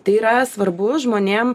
tai yra svarbu žmonėm